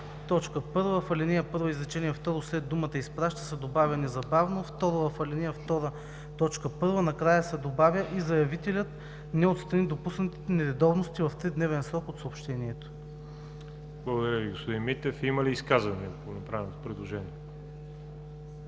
Благодаря, господин Кирилов. Има ли изказвания по направеното предложение?